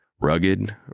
Rugged